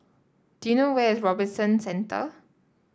do you know where is Robinson Centre